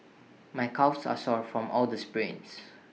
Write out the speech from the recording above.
my calves are sore from all the sprints